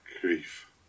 grief